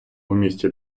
місті